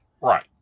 right